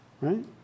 right